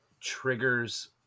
triggers